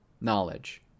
knowledge